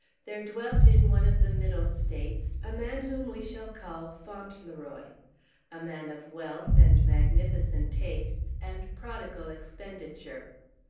there dwelt in one of the middle states a man whom we shall call fauntleroy a man of wealth, and magnificent tastes, and prodigal expenditure.